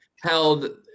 held